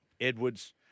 Edwards